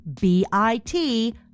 b-i-t